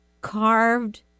carved